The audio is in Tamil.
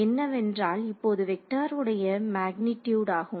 என்னவென்றால் இப்போது வெக்டாருடைய மேக்னிடியுடு ஆகும்